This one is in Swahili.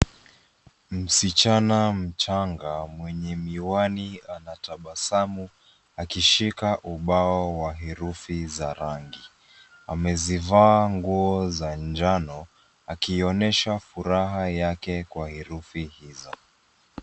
Msichana mchanga mwenye miwani anatabasamu akishika ubao wa herufi za rangi. Amezivaa nguo za njano akionyesha furaha yake kwa herufi hizo.